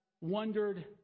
wondered